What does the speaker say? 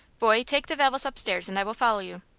boy, take the valise upstairs, and i will follow you.